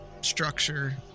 structure